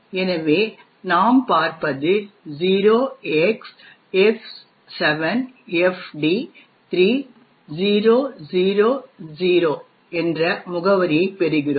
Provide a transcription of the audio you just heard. எனவே நாம் பார்ப்பது 0xF7FD3000 என்ற முகவரியைப் பெறுகிறோம்